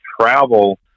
travel